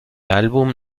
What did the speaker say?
álbum